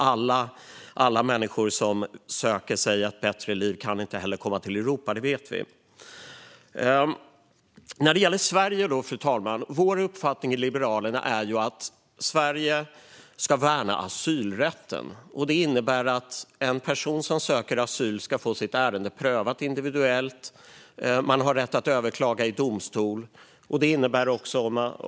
Alla människor som söker sig ett bättre liv kan inte heller komma till Europa; det vet vi. När det gäller Sverige, fru talman, är vår uppfattning i Liberalerna att Sverige ska värna asylrätten. Det innebär att en person som söker asyl ska få sitt ärende prövat individuellt. Man har rätt att överklaga beslutet i domstol.